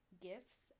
Gifts